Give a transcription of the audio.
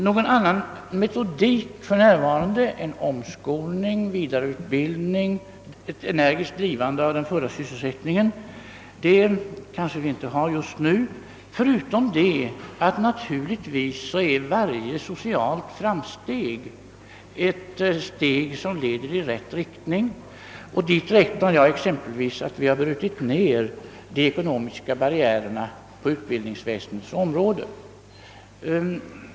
Någon annan metodik än omskolning, vidareutbildning och ett energiskt drivande av den fulla sysselsättningen har vi kanske inte just nu — förutom natur ligtvis att varje socialt framsteg är ett steg som leder i rätt riktning. Till dem räknar jag exempelvis att vi har brutit ned de ekonomiska barriärerna på utbildningsväsendets område.